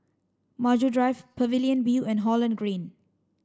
Maju Drive Pavilion View and Holland Green